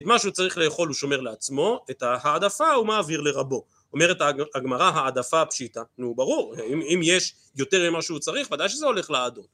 את מה שהוא צריך לאכול הוא שומר לעצמו, את ההעדפה הוא מעביר לרבו, אומרת הגמרא, העדפה פשיטה, נו ברור, אם יש יותר ממה שהוא צריך, בוודאי שזה הולך לעדו.